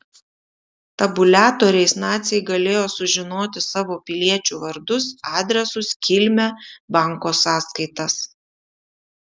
tabuliatoriais naciai galėjo sužinoti savo piliečių vardus adresus kilmę banko sąskaitas